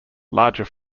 larger